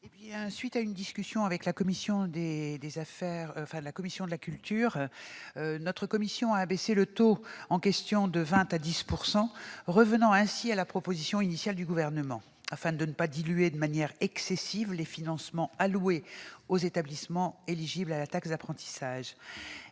s'être entretenue avec la commission de la culture, notre commission a abaissé le taux en question de 20 % à 10 %. Ce faisant, elle est revenue à la proposition initiale du Gouvernement, afin de ne pas diluer de manière excessive les financements dédiés aux établissements éligibles à la taxe d'apprentissage.